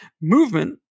movement